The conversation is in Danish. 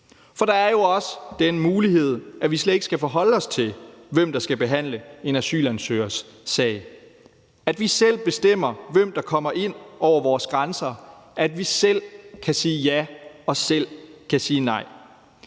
For der er jo også den mulighed, at vi slet ikke skal forholde os til, hvem der skal behandle en asylansøgers sag; at vi selv bestemmer, hvem der kommer ind over vores grænser; at vi selv kan sige ja og selv kan sige nej.